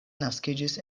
naskiĝis